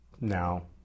Now